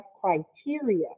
criteria